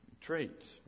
traits